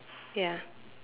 ya